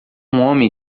homem